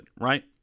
right